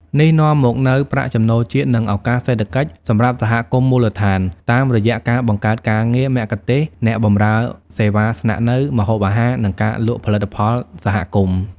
នេះនាំមកនូវប្រាក់ចំណូលជាតិ និងឱកាសសេដ្ឋកិច្ចសម្រាប់សហគមន៍មូលដ្ឋាន តាមរយៈការបង្កើតការងារ មគ្គុទ្ទេសក៍ អ្នកបម្រើសេវាស្នាក់នៅ ម្ហូបអាហារ និងការលក់ផលិតផលសហគមន៍។